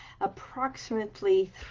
approximately